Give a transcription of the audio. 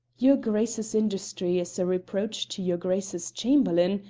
your grace's industry is a reproach to your grace's chamberlain,